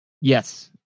Yes